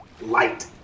light